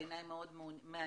בעיניי מאוד מעניינים.